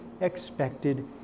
expected